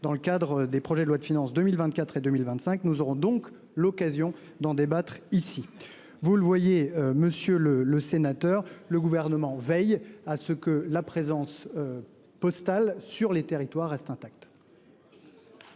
dans le cadre des projets de loi de finances pour 2024 et pour 2025. Nous aurons donc l'occasion d'en débattre ici. Vous le voyez, monsieur le sénateur, le Gouvernement veille à ce que la présence postale sur les territoires reste intacte.